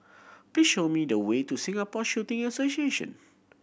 please show me the way to Singapore Shooting Association